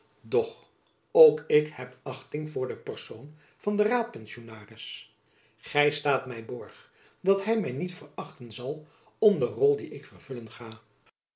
doch ook ik heb achting voor de persoon van den raadpensionaris gy staat my borg dat hy my niet verachten zal om de rol die ik vervullen ga